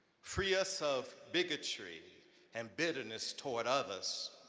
free us of bigotry and bitterness toward others.